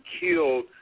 killed